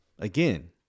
Again